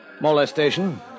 Molestation